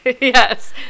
Yes